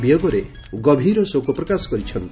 ବିୟୋଗରେ ଗଭୀର ଶୋକ ପ୍ରକାଶ କରିଛନ୍ତି